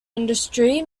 industry